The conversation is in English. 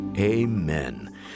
Amen